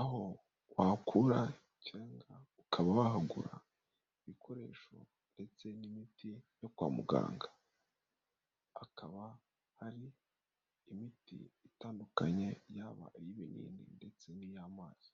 Aho wakura cyangwa ukaba wahagura ibikoresho ndetse n'imiti yo kwa muganga, hakaba hari imiti itandukanye yaba iy'ibinini ndetse n'iy'amazi,